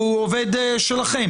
הוא עובד שלכם.